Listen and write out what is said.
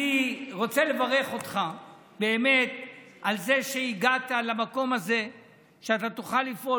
אני רוצה לברך אותך על זה שהגעת למקום הזה שאתה תוכל לפעול.